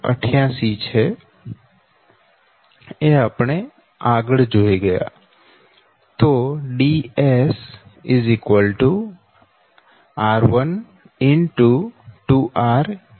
7788 છે એ આપણે આગળ જોઈ ગયા